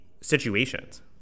situations